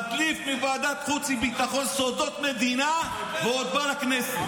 מדליף מוועדת חוץ וביטחון סודות מדינה ועוד בא לכנסת.